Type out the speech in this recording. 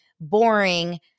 boring